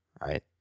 right